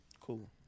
Cool